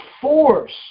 force